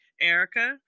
Erica